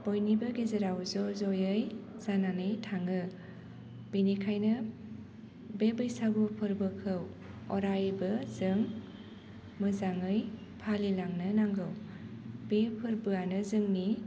बयनिबो गेजेराव ज' जयै जानानै थाङो बेनिखायनो बे बैसागु फोर्बोखौ अरायबो जों मोजाङै फालि लांनो नांगौ बे फोर्बोयानो जोंनि